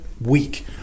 week